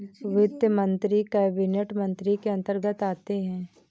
वित्त मंत्री कैबिनेट मंत्री के अंतर्गत आते है